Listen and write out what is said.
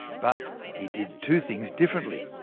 but he did two things differently.